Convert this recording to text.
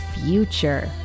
future